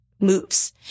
moves